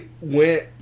went